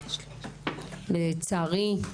לצערי.